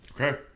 Okay